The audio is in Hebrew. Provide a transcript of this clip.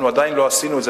אנחנו עדיין לא עשינו את זה.